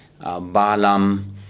balam